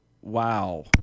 wow